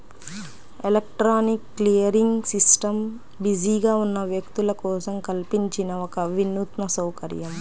electronic clearing system బిజీగా ఉన్న వ్యక్తుల కోసం కల్పించిన ఒక వినూత్న సౌకర్యం